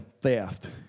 theft